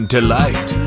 Delight